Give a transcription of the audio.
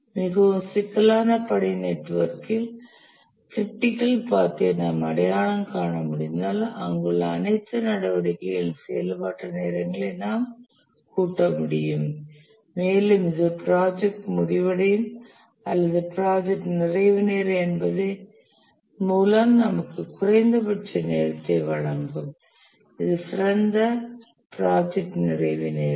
மிகவும் சிக்கலான பணி நெட்வொர்க்கில் க்ரிட்டிக்கல் பாத்தை நாம் அடையாளம் காண முடிந்தால் அங்குள்ள அனைத்து நடிகைகளின் செயல்பாட்டு நேரங்களை நாம் கூட்ட முடியும் மேலும் இது ப்ராஜெக்ட் முடிவடையும் அல்லது ப்ராஜெக்ட் நிறைவு நேரம் என்பதன் மூலம் நமக்கு குறைந்தபட்ச நேரத்தை வழங்கும் இது சிறந்த ப்ராஜெக்ட் நிறைவு நேரம்